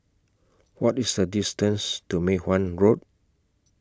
What IS The distance to Mei Hwan Road